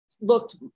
looked